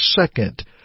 second